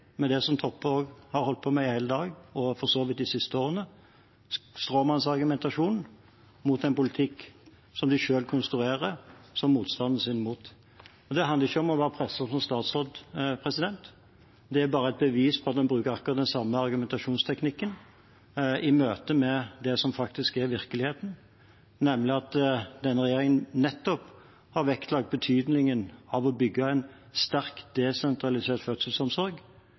med det som Toppe også har holdt på med i hele dag, og for så vidt de siste årene: en stråmannsargumentasjon mot en politikk som de selv konstruerer som motstanderen sin. Det handler ikke om å være presset som statsråd; det er bare et bevis på at en bruker akkurat den samme argumentasjonsteknikken i møte med det som faktisk er virkeligheten, nemlig at denne regjeringen nettopp har vektlagt betydningen av å bygge en sterk, desentralisert fødselsomsorg,